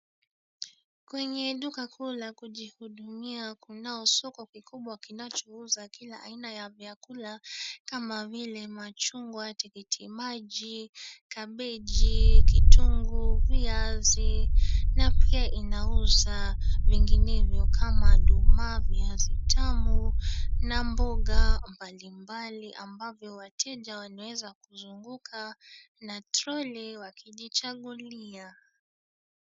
Kwenye duka kuu la kujihudumia kunao soko kikubwa kinachouza kila aina ya vyakula kama vile machungwa, tikiti maji, kabeji, kitunguu, viazi na pia inauza vinginevyo kama nduma, viazi tamu na mboga mbalimbali ambavyo wateja wanaweza kuzunguka na trolley wakijichagulia.